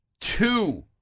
two